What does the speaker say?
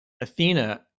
Athena